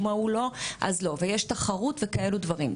אם ההוא לא, אז לא, ויש תחרות וכאלו דברים.